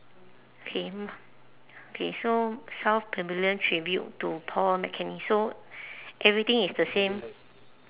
K K so south pavilion tribute to paul mccartney so everything is the same